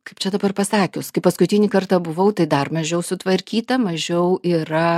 kaip čia dabar pasakius kai paskutinį kartą buvau tai dar mažiau sutvarkyta mažiau yra